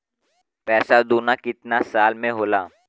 पैसा दूना कितना साल मे होला?